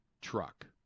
truck